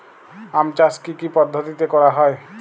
আম চাষ কি কি পদ্ধতিতে করা হয়?